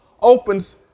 opens